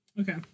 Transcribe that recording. Okay